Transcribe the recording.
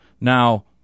Now